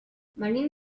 venim